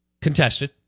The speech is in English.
contested